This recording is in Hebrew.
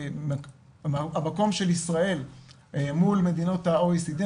מקומה של ישראל מול מדינות ה-OECD,